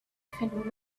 faint